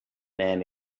men